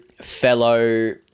fellow